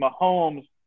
Mahomes